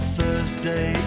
Thursday